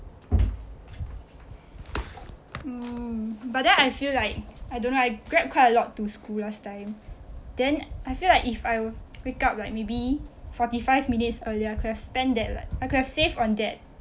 mm but then I feel like I don't know I grab quite a lot to school last time then I feel like if I wake up like maybe forty five minutes earlier I could have spend that like I could have saved on that